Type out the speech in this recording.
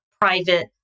private